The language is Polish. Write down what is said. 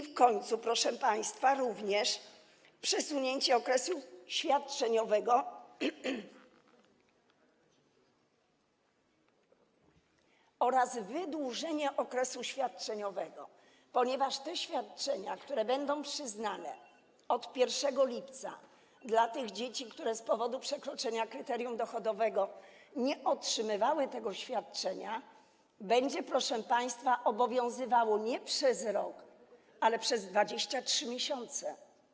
W końcu, proszę państwa, również przesunięcie okresu świadczeniowego oraz wydłużenie okresu świadczeniowego, ponieważ te świadczenia, które będą przyznane od 1 lipca dla dzieci, które z powodu przekroczenia kryterium dochodowego nie otrzymywały tego świadczenia, będą, proszę państwa, obowiązywały nie przez rok, ale przez 23 miesiące.